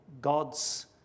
God's